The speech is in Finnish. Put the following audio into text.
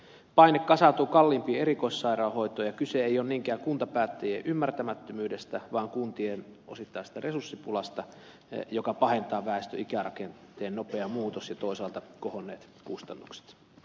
paine kasaantuu kalliimpaan erikoissairaanhoitoon ja kyse ei ole niinkään kuntapäättäjien ymmärtämättömyydestä vaan kuntien osittaisesta resurssipulasta jota pahentaa väestön ikärakenteen nopea muutos ja toisaalta kohonneet kustannukset